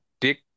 Dick